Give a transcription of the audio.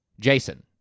Jason